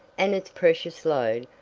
and its precious load,